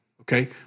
Okay